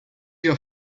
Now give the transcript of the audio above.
your